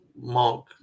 Mark